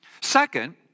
Second